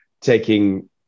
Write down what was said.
taking